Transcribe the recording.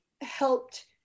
helped